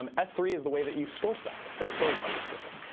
um s three is the way that you store stuff. it's a storage bucket system.